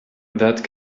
that